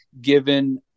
given